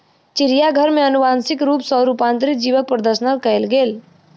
चिड़ियाघर में अनुवांशिक रूप सॅ रूपांतरित जीवक प्रदर्शन कयल गेल